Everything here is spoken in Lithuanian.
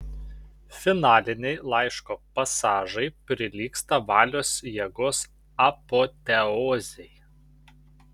finaliniai laiško pasažai prilygsta valios jėgos apoteozei